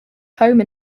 home